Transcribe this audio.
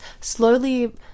slowly